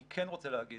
אני כן רוצה להגיד